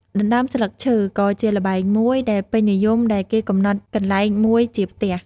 ដណ្តើមស្លឹកឈើ ក៏ជាល្បែងមួយដែលពេញនិយមដែរគេកំណត់កន្លែងមួយជាផ្ទះ ។